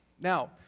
Now